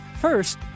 First